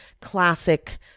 classic